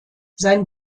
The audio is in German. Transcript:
sein